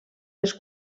les